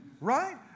right